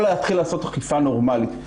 או להתחיל לעשות אכיפה נורמלית.